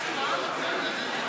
טרם אכריז את התוצאות,